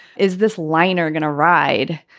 is this liner going to ride?